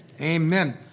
Amen